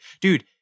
dude